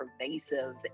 pervasive